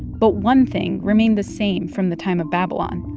but one thing remained the same from the time of babylon.